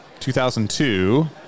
2002